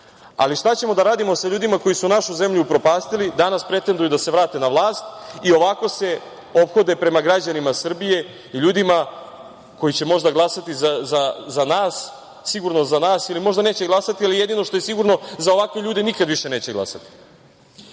šta ćemo da radimo sa ljudima koji su našu zemlju upropastili? Danas pretenduju da se vrate na vlast i ovako se ophode prema građanima Srbije i ljudima koji će možda glasati za nas, sigurno za nas ili možda neće ni glasati, ali jedino što je sigurno za ovakve ljude nikada više neće glasati. Ovaj